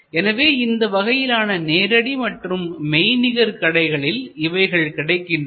எனவே இந்த வகையிலான நேரடி மற்றும் மெய்நிகர் கடைகளில் இவைகள் கிடைக்கின்றன